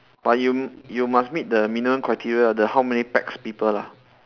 but you you must meet the minimum criteria the how many pax people lah